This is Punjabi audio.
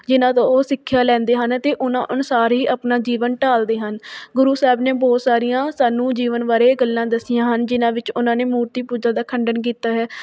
ਜਿਨ੍ਹਾਂ ਤੋਂ ਉਹ ਸਿੱਖਿਆ ਲੈਂਦੇ ਹਨ ਅਤੇ ਉਨ੍ਹਾਂ ਅਨੁਸਾਰ ਹੀ ਆਪਣਾ ਜੀਵਨ ਢਾਲਦੇ ਹਨ ਗੁਰੂ ਸਾਹਿਬ ਨੇ ਬਹੁਤ ਸਾਰੀਆਂ ਸਾਨੂੰ ਜੀਵਨ ਬਾਰੇ ਗੱਲਾਂ ਦੱਸੀਆਂ ਹਨ ਜਿਨ੍ਹਾਂ ਵਿੱਚ ਉਹਨਾਂ ਨੇ ਮੂਰਤੀ ਪੂਜਾ ਦਾ ਖੰਡਨ ਕੀਤਾ ਹੈ